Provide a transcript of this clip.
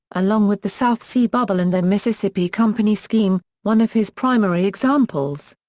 along with the south sea bubble and the mississippi company scheme, one of his primary examples.